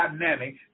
dynamic